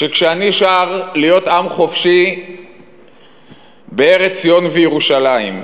שכשאני שר "להיות עם חופשי בארצנו בארץ ציון וירושלים",